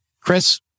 Chris